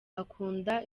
akunda